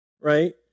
right